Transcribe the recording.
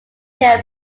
tier